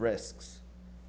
risks